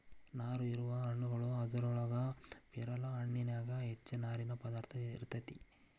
ನಾರು ಇರುವ ಹಣ್ಣುಗಳು ಅದರೊಳಗ ಪೇರಲ ಹಣ್ಣಿನ್ಯಾಗ ಹೆಚ್ಚ ನಾರಿನ ಪದಾರ್ಥ ಇರತೆತಿ